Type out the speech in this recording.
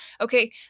Okay